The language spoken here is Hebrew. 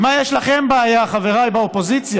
עם מה יש לכם בעיה, חבריי באופוזיציה,